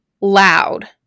loud